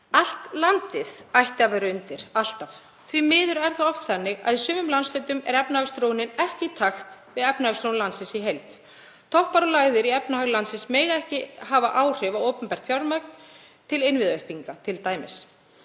Allt landið ætti að vera undir, alltaf. Því miður er það oft þannig að í sumum landshlutum er efnahagsþróunin ekki í takti við efnahagsþróun landsins í heild. Toppar og lægðir í efnahag landsins mega ekki hafa áhrif á opinbert fjármagn til innviðauppbyggingar t.d.